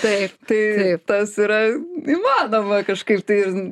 taip tai tas yra įmanoma kažkaip tai ir